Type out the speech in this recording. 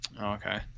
Okay